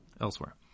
elsewhere